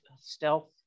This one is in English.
stealth